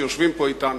שיושבים פה אתנו.